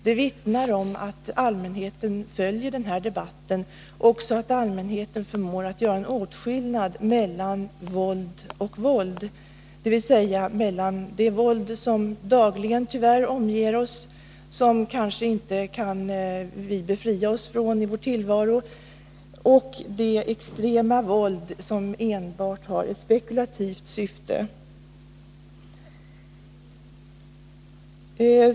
Den vittnar om att allmänheten följer den här debatten och även om att allmänheten förmår att göra en åtskillnad mellan våld och våld, dvs. mellan det våld som dagligen tyvärr omger oss, och som vi kanske inte kan befria oss ifrån i vår tillvaro, och det extremvåld som enbart har ett spekulativt syfte.